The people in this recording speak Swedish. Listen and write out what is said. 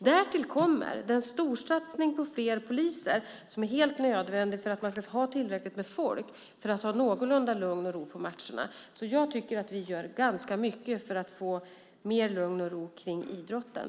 Till detta kommer den storsatsning på fler poliser som är helt nödvändig för att man ska ha tillräckligt med folk för att ha någorlunda lugn och ro på matcherna, så jag tycker att vi gör ganska mycket för att få mer lugn och ro kring idrotten.